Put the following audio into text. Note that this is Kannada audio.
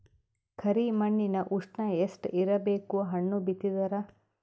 ಕರಿ ಮಣ್ಣಿನ ಉಷ್ಣ ಎಷ್ಟ ಇರಬೇಕು ಹಣ್ಣು ಬಿತ್ತಿದರ?